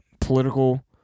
political